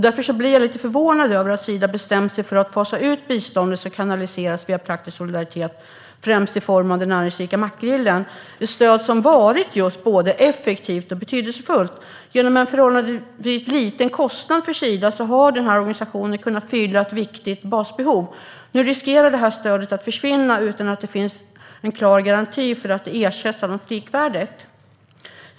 Därför blir jag lite förvånad över att Sida bestämt sig för att fasa ut biståndet som kanaliseras via Praktisk Solidaritet främst i form av den näringsrika makrillen - det stöd som varit just både effektivt och betydelsefullt. Till en förhållandevis liten kostnad för Sida har den här organisationen kunnat fylla ett viktigt basbehov. Nu riskerar detta stöd att försvinna utan att det finns en klar garanti för att det ersätts av något likvärdigt.